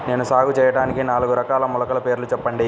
నేను సాగు చేయటానికి నాలుగు రకాల మొలకల పేర్లు చెప్పండి?